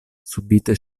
subite